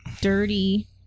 dirty